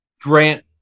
grant